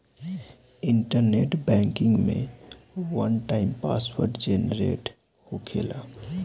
internet banking में one time password generate होखेला